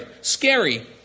scary